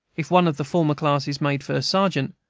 if one of the former class is made first sergeant,